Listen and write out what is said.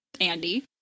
Andy